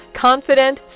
Confident